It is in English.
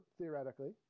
theoretically